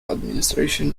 administration